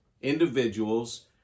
individuals